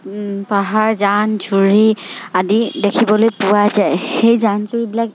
পাহাৰ জান জুৰি আদি দেখিবলৈ পোৱা যায় সেই জান জুৰিবিলাক